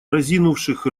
разинувших